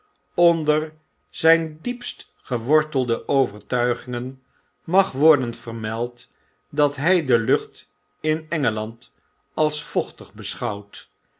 onder zijn diepst gewortelde overtuigingen mag worden vermeld dat hjj de lucht in engelaud als vochtig beschouwt